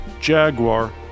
Jaguar